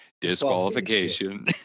disqualification